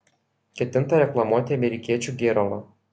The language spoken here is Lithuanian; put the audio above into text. ketinta reklamuoti amerikiečių gėralą